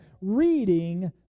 reading